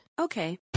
Okay